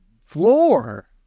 floor